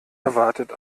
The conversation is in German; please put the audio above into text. erwartet